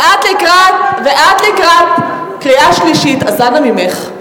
ואת לקראת קריאה שלישית, אז אנא ממךְ.